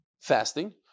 fasting